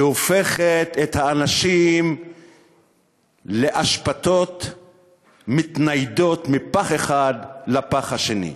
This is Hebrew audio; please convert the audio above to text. שהופכת את האנשים לאשפתות המתניידות מפח אחד לפח השני.